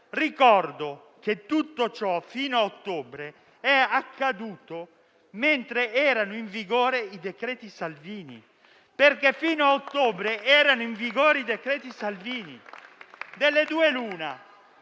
Ricordo che tutto ciò fino a ottobre è accaduto mentre erano in vigore i decreti Salvini, perché fino a ottobre erano in vigore i decreti Salvini.